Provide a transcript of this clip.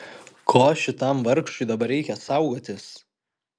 ko šitam vargšui dabar reikia saugotis